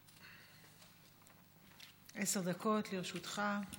עשר דקות לרשותך.